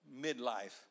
midlife